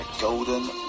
golden